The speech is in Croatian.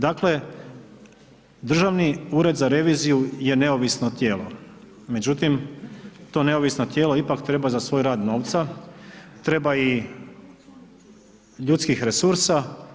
Dakle, Državni ured za reviziju je neovisno tijelo, međutim to neovisno tijelo ipak treba za svoj rad novca, treba i ljudskih resursa.